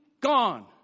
Gone